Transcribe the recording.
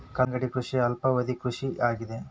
ಕಲ್ಲಂಗಡಿ ಕೃಷಿಯ ಅಲ್ಪಾವಧಿ ಕೃಷಿ ಆಗಿದೆ